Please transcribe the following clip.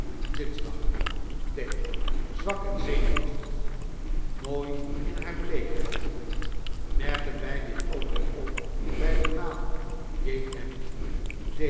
dinsdag d zwak en zenuwachtig mooi in haar bleekheid merken wij dit ook niet op bij de maan j m